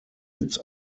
its